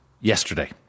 yesterday